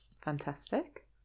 fantastic